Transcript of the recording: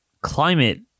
climate